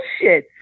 bullshit